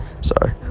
Sorry